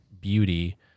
beauty